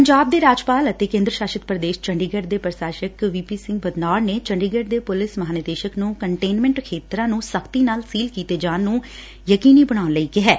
ਪੰਜਾਬ ਦੇ ਰਾਜਪਾਲ ਅਤੇ ਚੰਡੀਗੜ੍ ਦੇ ਪ੍ਰਸ਼ਾਸਕ ਵੀ ਪੀ ਸਿੰਘ ਬਦਨੌਰ ਨੇ ਚੰਡੀਗੜ੍ ਦੇ ਪੁਲਿਸ ਮਹਾ ਨਿਦੇਸ਼ਕ ਨੂੰ ਕੰਟੇਨਮੈਟ ਖੇਤਰਾ ਨੂੰ ਸਖ਼ਤੀ ਨਾਲ ਸੀਲ ਕੀਤੇ ਜਾਣ ਨੂੰ ਯਕੀਨੀ ਬਣਾਉਣ ਲਈ ਕਿਹੈ